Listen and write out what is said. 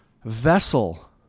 vessel